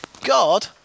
God